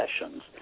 sessions